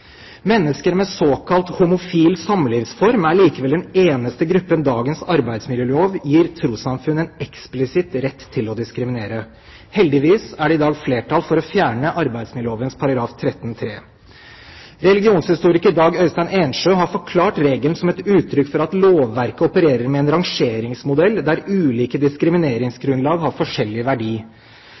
Mennesker med såkalt homofil samlivsform er likevel den eneste gruppen dagens arbeidsmiljølov gir trossamfunn en eksplisitt rett til å diskriminere. Heldigvis er det i dag flertall for å fjerne arbeidsmiljøloven § 13-3 tredje ledd. Religionshistoriker Dag Øistein Endsjø har forklart regelen som et uttrykk for at lovverket opererer med en «rangeringsmodell» der ulike diskrimineringsgrunnlag har forskjellig verdi.